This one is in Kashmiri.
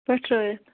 پٹھرٲیِتھ